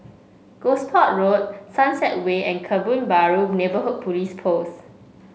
Gosport Road Sunset Way and Kebun Baru Neighbourhood Police Post